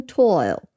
toil